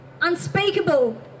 unspeakable